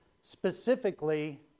Specifically